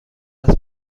است